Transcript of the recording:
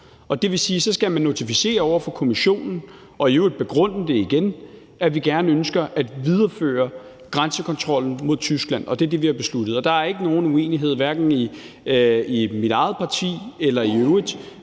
det vil sige, at så skal man notificere over for Kommissionen og i øvrigt begrunde igen, at vi ønsker at videreføre grænsekontrollen mod Tyskland. Og det er det, vi har besluttet, og der er ikke nogen uenighed, hverken i mit eget parti eller i øvrigt.